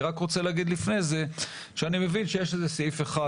אני רק רוצה להגיד לפני זה שאני מבין שיש איזה סעיף אחד,